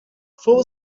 full